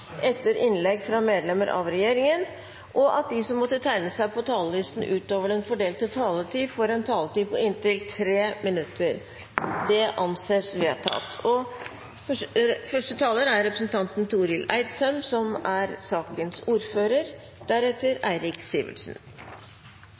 etter innlegg fra medlemmer av regjeringen, og at de som måtte tegne seg på talerlisten utover den fordelte taletid, får en taletid på inntil 3 minutter. – Det anses vedtatt. Likeverdig og rettferdig fordeling av helseressurser er en av de viktigste sakene vi behandler innen helse. Det er